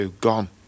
gone